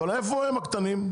אבל איפה הקטנים?